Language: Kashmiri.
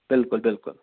بالکل بالکل